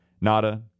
Nada